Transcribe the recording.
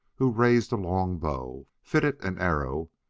who raised a long bow, fitted an arrow,